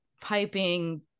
piping